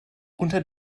unter